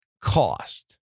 cost